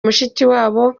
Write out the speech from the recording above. mushikiwabo